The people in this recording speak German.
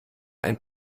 ein